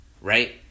right